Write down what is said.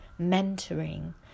mentoring